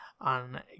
on